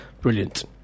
Brilliant